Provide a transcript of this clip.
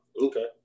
Okay